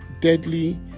deadly